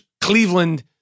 Cleveland